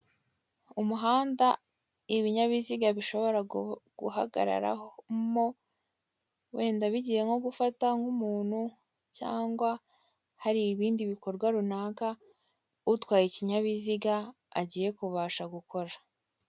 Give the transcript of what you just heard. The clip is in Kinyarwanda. Umuhanda ibinyabiziga bishobora guhagararamo, wenda bigiye nko gufata nk'umuntu cyangwa hari ibindi bikorwa runaka utwaye ikinyabiziga agiye kubasha gukora.